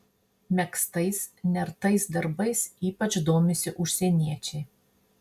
megztais nertais darbais ypač domisi užsieniečiai